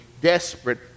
desperate